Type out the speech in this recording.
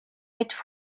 être